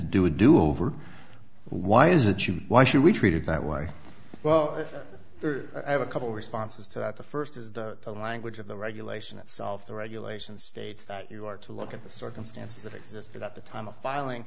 do over why is it you why should we treat it that way well i have a couple of responses to that the first is the language of the regulation itself the regulation states that you are to look at the circumstances that existed at the time of filing